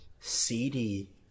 CD